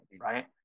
right